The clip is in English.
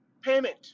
payment